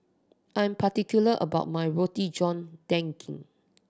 I'm particular about my Roti John Daging